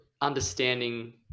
understanding